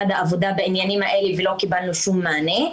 בעניינים האלה ולא קיבלנו מענה.